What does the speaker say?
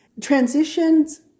Transitions